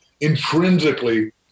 intrinsically